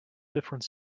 different